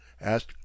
asked